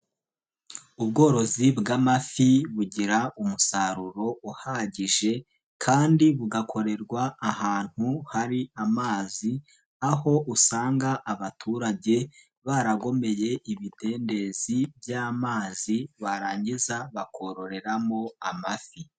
Ubworozi bw'amafi bugira umusaruro uhagije kandi bugakorerwa ahantu hari amazi aho usanga abaturage baragomeye ibidendezi by'amazi barangiza bakororeramo amafi.